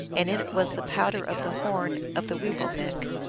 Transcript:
and in it was the powder of the horn of the weewillmekq.